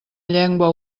llengua